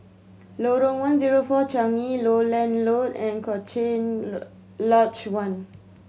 Lorong One Zero Four Changi Lowland Road and Cochrane Lodge One